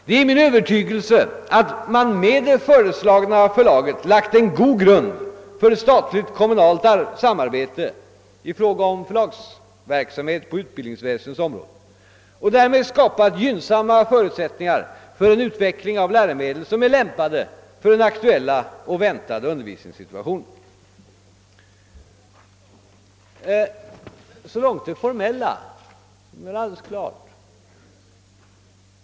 Det är min övertygelse att man med det föreslagna förlaget lagt en god grund för ett statligt-kommunalt samarbete inom förlagsverksamheten på utbildningsväsendets område och därmed skapat gynnsamma förutsättningar för en utveckling av läromedel som är lämpade för den aktuella och väntade undervisningssituationen. Så långt det formella, som alltså är alldeles klart.